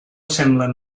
semblen